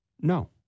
No